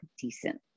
decent